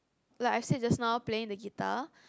like I said just now playing the guitar